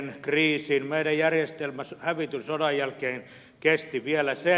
meidän järjestelmämme hävityn sodan jälkeen kesti vielä sen